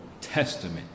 testament